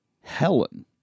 Helen